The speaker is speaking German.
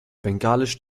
bengalisch